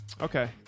Okay